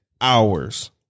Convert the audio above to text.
hours